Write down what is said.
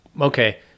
Okay